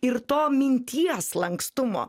ir to minties lankstumo